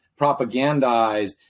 propagandized